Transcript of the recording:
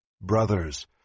Brothers